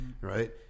right